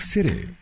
City